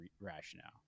rationale